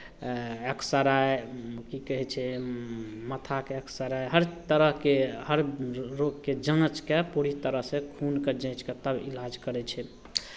x ray की कहै छै माथाके एक्स रे हर तरहके हर रोगके जाँचके पूरी तरहसँ खूनकेँ जाँचि कऽ तब इलाज करै छै